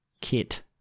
Kit